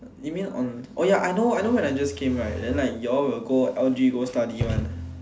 you mean on oh ya I know I know when I just came right then like you all will go L_G go study one